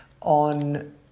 on